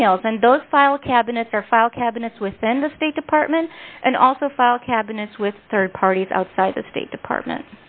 e mails and those file cabinets or file cabinets within the state department and also file cabinets with rd parties outside the state department